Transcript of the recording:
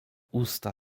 usta